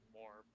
more